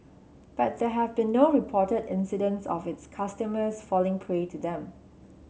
but there have been no reported incidents of its customers falling prey to them